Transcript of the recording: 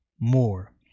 more